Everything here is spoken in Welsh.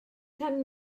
tan